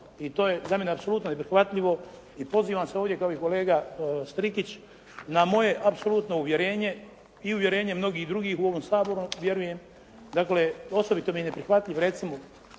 i to je za mene apsolutno neprihvatljivo i pozivam se ovdje kao i kolega Strikić na moje apsolutno uvjerenje i uvjerenje mnogih drugih u ovom Saboru vjerujem, dakle osobito mi je neprihvatljiv recimo